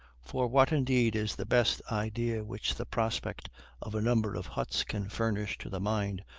for what indeed is the best idea which the prospect of a number of huts can furnish to the mind,